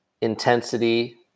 intensity